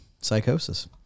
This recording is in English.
psychosis